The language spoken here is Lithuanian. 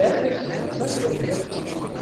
bet ir su kita drauge dzūke